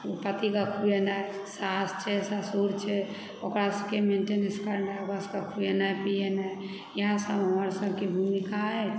पतिके खुएनाइ सास छै ससुर छै ओकरा सबकेँ मेन्टेनेन्स करनाइ ओकर सबकेँ खुएनाइ पिएनाइ इएह सब हमरा सबकेँ भूमिका अइ